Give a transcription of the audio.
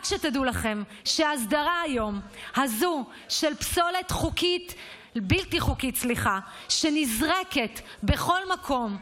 רק שתדעו לכם שההסדרה הזאת היום של פסולת בלתי חוקית שנזרקת בכל מקום,